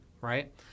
right